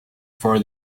for